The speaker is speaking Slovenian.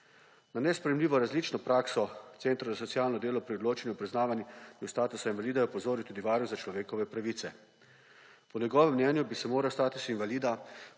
Na nesprejemljivo različno prakso centrov za socialno delo pri odločanju o priznavanju statusa invalida je opozoril tudi Varuh človekovih pravic. Po njegovem mnenju bi se moral status invalida